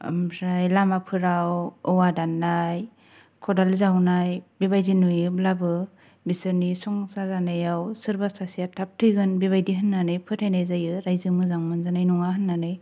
ओमफ्राय लामाफोराव औवा दाननाय खदाल जावनाय बेबायदि नुयोब्लाबो बिसोरनि संसार जानायाव सोरबा सासेया थाब थैगोन बिबायदि होन्नानै फोथायनाय जायो रायजो मोजां मोनजानाय नङा होन्नानै